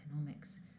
economics